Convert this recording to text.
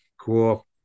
Cool